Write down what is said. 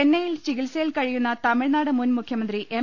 ചെന്നൈയിൽ ചികിത്സയിൽ കഴിയുന്ന തമിഴ്നാട് മുൻ മുഖ്യ മന്ത്രി എം